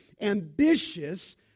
ambitious